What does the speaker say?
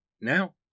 Now